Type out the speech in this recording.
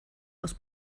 aus